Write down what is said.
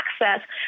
access